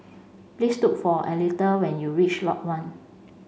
please look for Aletha when you reach Lot One